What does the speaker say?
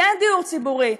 כי אין דיור ציבורי.